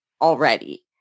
already